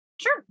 Sure